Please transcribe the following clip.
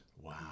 Wow